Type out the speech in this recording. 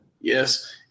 Yes